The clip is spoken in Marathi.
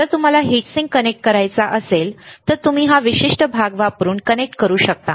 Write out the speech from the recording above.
जर तुम्हाला हीट सिंक कनेक्ट करायचा असेल तर तुम्ही हा विशिष्ट भाग वापरून कनेक्ट करू शकता